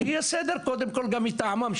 שיהיה סדר קודם כל גם מטעמם,